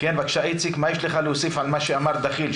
מה יש לך להוסיף על מה שאמר דחיל?